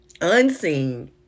unseen